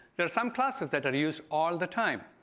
there are some classes that are used all the time.